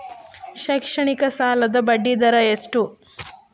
ಶೈಕ್ಷಣಿಕ ಸಾಲದ ಬಡ್ಡಿ ದರ ಎಷ್ಟು?